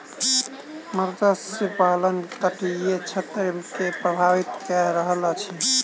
मत्स्य पालन तटीय क्षेत्र के प्रभावित कय रहल अछि